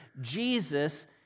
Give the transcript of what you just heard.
Jesus